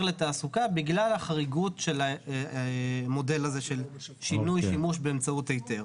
לתעסוקה בגלל החריגות של המודל הזה של שינוי שימוש באמצעות היתר.